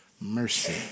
mercy